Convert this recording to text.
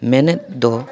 ᱢᱮᱱᱮᱫ ᱫᱚ